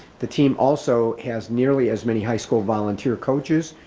the team also has nearly as many high school volunteer coaches,